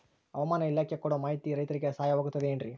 ಹವಮಾನ ಇಲಾಖೆ ಕೊಡುವ ಮಾಹಿತಿ ರೈತರಿಗೆ ಸಹಾಯವಾಗುತ್ತದೆ ಏನ್ರಿ?